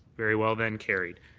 very well then. carried.